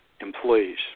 employees